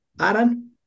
Aaron